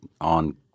on